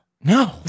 No